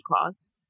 Clause